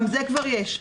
גם זה כבר יש.